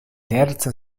terza